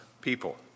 people